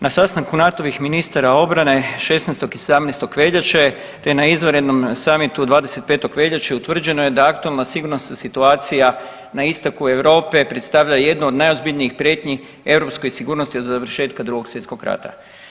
Na sastanku NATO-ovih ministara obrane 16. i 17. veljače te na izvanrednom samitu od 25. veljače utvrđeno je da aktualna sigurnosna situacija na istoku Europe predstavlja jednu od najozbiljnijih prijetnji europskoj sigurnosti od završetka Drugog svjetskog rata.